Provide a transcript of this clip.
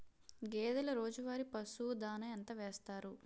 గేదెల రోజువారి పశువు దాణాఎంత వేస్తారు?